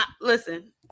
Listen